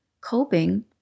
coping